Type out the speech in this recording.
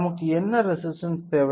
நமக்கு என்ன ரெசிஸ்டன்ஸ் தேவை